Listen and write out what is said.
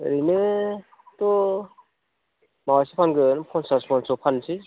ओरैनोथ' माबासो फानगोन पन्सास मनसो फाननोसै